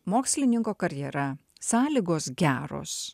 mokslininko karjera sąlygos geros